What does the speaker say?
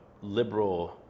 liberal